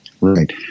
Right